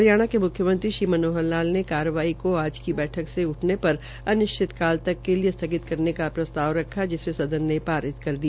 हरियाणा के मुख्यमंत्री श्री मनाहर लाल ने कार्रवाई का आज की बैठक से उठने पर अनिश्चित काल के लिए स्थगित करने का प्रसताव रखा जिसे सदन में पारित कर दिया